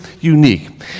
unique